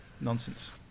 Nonsense